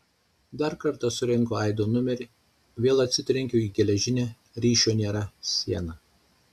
dar kartą surenku aido numerį vėl atsitrenkiu į geležinę ryšio nėra sieną